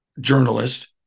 journalist